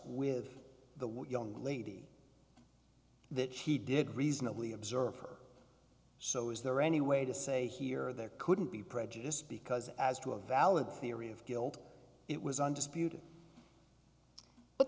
with the what young lady that she did reasonably observe her so is there any way to say here there couldn't be prejudice because as to a valid theory of guilt it was undisputed but